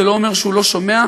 זה לא אומר שהוא לא שומע,